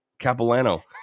capilano